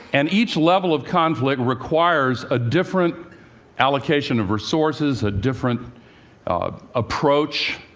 and each level of conflict requires a different allocation of resources, a different approach,